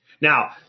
Now